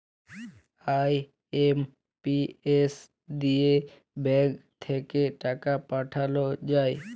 IMPS দিয়ে bank থাক্যে টাকা পাঠাল যায়